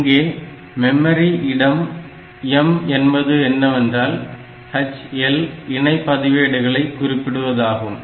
இங்கே மெமரி இடம் M என்பது என்னவென்றால் HL இணை பதிவேடுகளை குறிப்பிடுவது ஆகும்